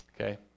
Okay